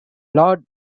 lord